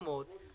אותה.